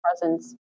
presence